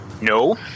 No